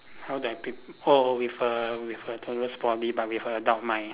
how do I pre~ oh with a with a toddler's body but with a adult mind